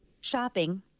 shopping